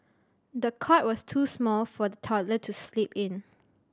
the cot was too small for the toddler to sleep in